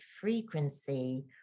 frequency